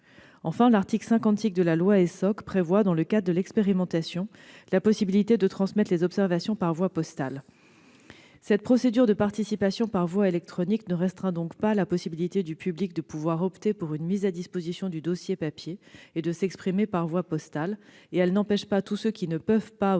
Enfin, l'article 56 de la loi Essoc prévoit, dans le cadre de l'expérimentation, la possibilité de transmettre les observations par voie postale. Cette procédure de participation par voie électronique ne restreint donc pas la possibilité du public d'opter pour une mise à disposition du dossier papier et de s'exprimer par voie postale. Elle n'empêche pas tous ceux qui ne peuvent ou